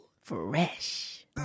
Fresh